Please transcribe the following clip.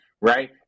Right